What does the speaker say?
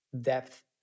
depth